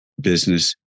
business